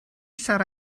sarra